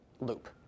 loop